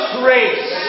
grace